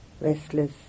restless